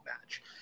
match